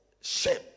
Shame